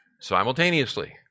simultaneously